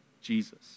Jesus